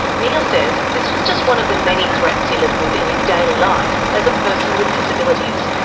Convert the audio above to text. neil says this was just one of the many threats he lived with in his daily life as a person with disabilities,